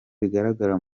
bigaragara